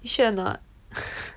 you sure a not